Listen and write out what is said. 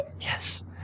Yes